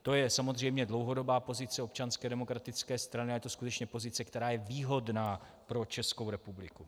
To je samozřejmě dlouhodobá pozice Občanské demokratické strany a je to skutečně pozice, která je výhodná pro Českou republiku.